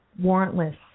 warrantless